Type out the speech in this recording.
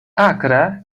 akra